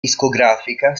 discografica